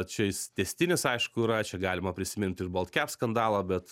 čia jis tęstinis aišku yra čia galima prisimint ir baltkep skandalą bet